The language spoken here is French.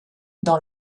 dans